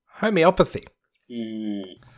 Homeopathy